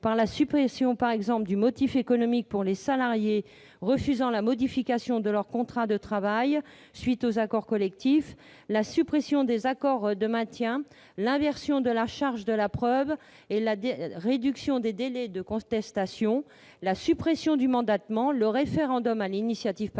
la suppression du motif économique pour les salariés refusant la modification de leur contrat de travail à la suite d'accords collectifs, la suppression des accords de maintien, l'inversion de la charge de la preuve et la réduction des délais de contestation, la suppression du mandatement, le référendum d'initiative patronale,